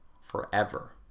forever